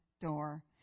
door